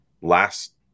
last